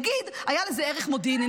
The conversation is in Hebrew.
נגיד שהיה לזה ערך מודיעיני,